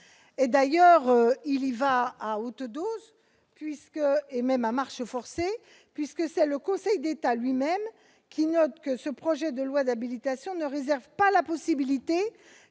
vont d'ailleurs à haute dose, et même à marche forcée : le Conseil d'État lui-même note que ce projet de loi d'habilitation « ne réserve pas la possibilité